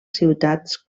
ciutats